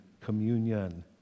Communion